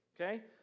okay